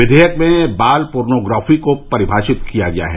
विधेयक में बाल पोर्नोग्राफी को परिभाषित भी किया गया है